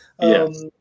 Yes